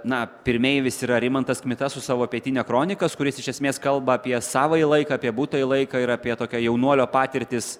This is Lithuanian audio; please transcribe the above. na pirmeivis yra rimantas kmita su savo pietinia kronika kuris iš esmės kalba apie savąjį laiką apie būtąjį laiką ir apie tokio jaunuolio patirtis